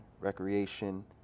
recreation